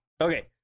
Okay